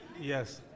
Yes